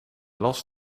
las